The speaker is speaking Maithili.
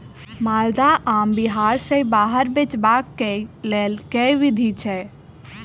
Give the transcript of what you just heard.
माल्दह आम बिहार सऽ बाहर बेचबाक केँ लेल केँ विधि छैय?